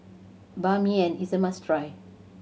Ban Mian is a must try